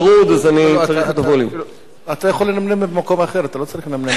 אתה יכול לנמנם במקום אחר, אתה לא צריך לנמנם פה.